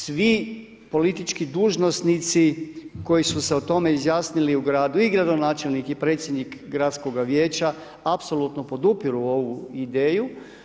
Svi politički dužnosnici koji su se o tome izjasnili u gradu i gradonačelnik i predsjednik gradskoga vijeća apsolutno podupiru ovu ideju.